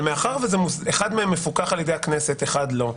אבל מאחר שאחד מהם מפוקח על-ידי הכנסת ואחד לא,